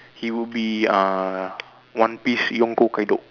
he would be ah one piece yonko Kaido